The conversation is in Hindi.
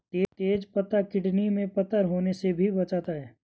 तेज पत्ता किडनी में पत्थर होने से भी बचाता है